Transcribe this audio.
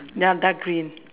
ya dark green